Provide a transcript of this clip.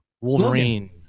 Wolverine